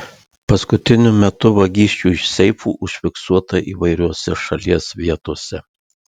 paskutiniu metu vagysčių iš seifų užfiksuota įvairiose šalies vietose